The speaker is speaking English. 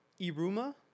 Iruma